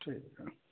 ठीक छै